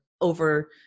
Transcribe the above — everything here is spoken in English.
over